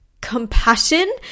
compassion